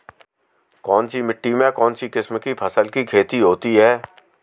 कौनसी मिट्टी में कौनसी किस्म की फसल की खेती होती है?